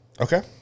Okay